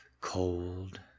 Cold